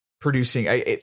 producing